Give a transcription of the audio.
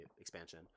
expansion